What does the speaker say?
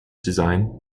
design